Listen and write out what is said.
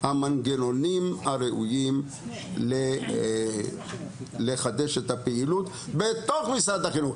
המנגנונים הראויים לחידוש הפעילות בתוך משרד החינוך.